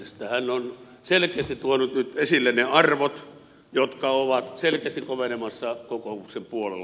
hän on selkeästi tuonut nyt esille ne arvot jotka ovat selkeästi kovenemassa kokoomuksen puolella